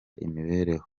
imibereho